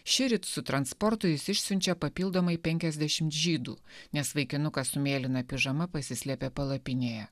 šįryt su transportu jis išsiunčia papildomai penkiasdešimt žydų nes vaikinukas su mėlyna pižama pasislėpė palapinėje